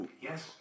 Yes